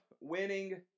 winning